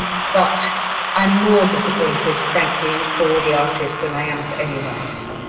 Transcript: but i'm more disappointed, frankly, for the artist than i am for any of us.